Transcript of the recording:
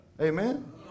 Amen